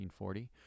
1940